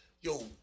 Yo